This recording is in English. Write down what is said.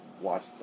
watch